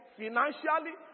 financially